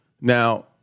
Now